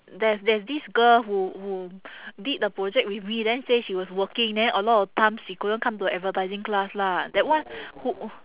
there's there's this girl who who did the project with me then say she was working then a lot of times she couldn't come to advertising class lah that one who